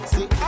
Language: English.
See